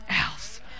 else